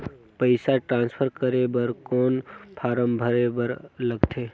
पईसा ट्रांसफर करे बर कौन फारम भरे बर लगथे?